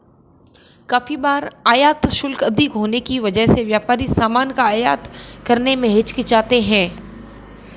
काफी बार आयात शुल्क अधिक होने की वजह से व्यापारी सामान का आयात करने में हिचकिचाते हैं